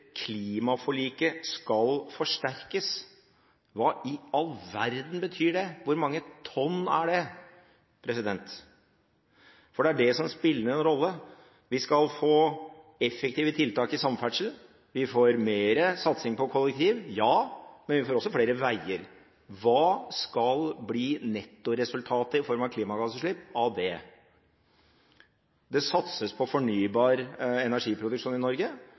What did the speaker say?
Klimaforliket skal forsterkes. Hva i all verden betyr det? Hvor mange tonn er det? Det er det som spiller en rolle. Vi skal få effektive tiltak i samferdsel. Vi får mer satsing på kollektiv, ja. Men vi får også flere veier. Hva skal bli nettoresultatet i form av klimagassutslipp av det? Det satses på fornybar energiproduksjon i Norge.